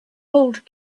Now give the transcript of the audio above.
old